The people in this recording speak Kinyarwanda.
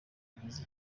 agize